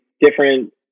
different